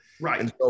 Right